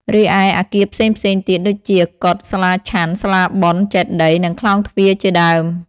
រីឯ អគារផ្សេងៗទៀតដូចជា កុដិ សាលាឆាន់ សាលាបុណ្យ ចេតិយ និងខ្លោងទ្វារជាដើម។